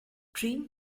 dream